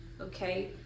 okay